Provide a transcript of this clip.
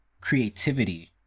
creativity